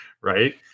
right